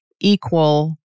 equal